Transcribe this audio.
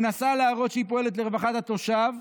מנסה להראות שהיא פועלת לרווחת התושב,